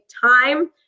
time